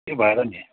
त्यो भएर नि